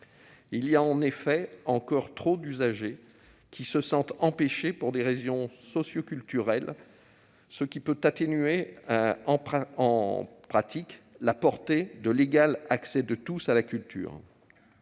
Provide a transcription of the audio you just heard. Il y a en effet encore trop d'usagers qui se sentent empêchés pour des raisons socioculturelles, ce qui peut atténuer en pratique la portée de « l'égal accès de tous à la culture